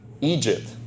Egypt